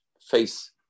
face